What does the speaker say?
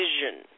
vision